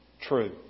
true